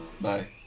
Bye